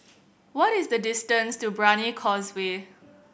what is the distance to Brani Causeway